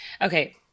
Okay